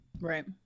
Right